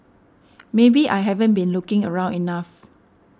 maybe I haven't been looking around enough